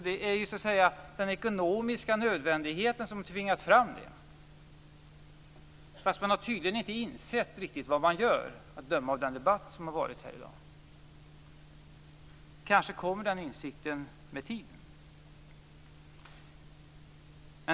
Det är den ekonomiska nödvändigheten som har tvingat fram detta. Fast man har tydligen inte riktigt insett vad man gör att döma av den debatt som har varit tidigare i dag. Kanske kommer den insikten med tiden.